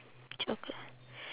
chocolate